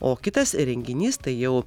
o kitas renginys tai jau